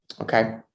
Okay